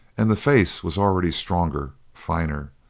and the face was already stronger, finer.